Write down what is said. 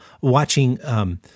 watching –